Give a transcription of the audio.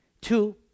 Two